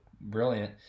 brilliant